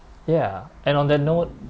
ya and on that note